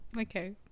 okay